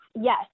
yes